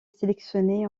sélectionné